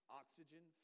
oxygen